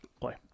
Play